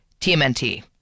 tmnt